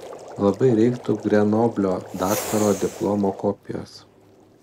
labai reiktų grenoblio daktaro diplomo kopijos